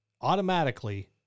automatically